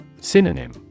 Synonym